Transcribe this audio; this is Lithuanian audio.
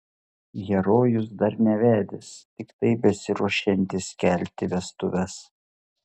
herojus dar nevedęs tiktai besiruošiantis kelti vestuves